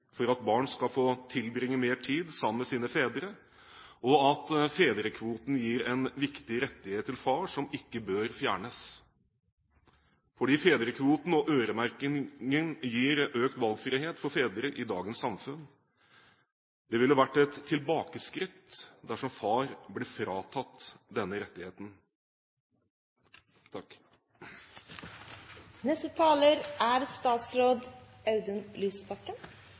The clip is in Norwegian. for at barn skal få tilbringe mer tid sammen med sine fedre, og at fedrekvoten gir en viktig rettighet til far, som ikke bør fjernes, fordi fedrekvoten og øremerkingen gir økt valgfrihet for fedre i dagens samfunn. Det ville vært et tilbakeskritt dersom far ble fratatt denne